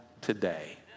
today